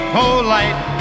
polite